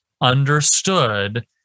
understood